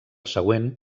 següent